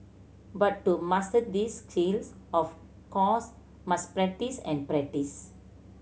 but to master these skills of course must practise and practise